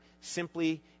simply